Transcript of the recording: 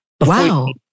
Wow